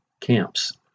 camps